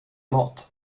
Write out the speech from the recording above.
mat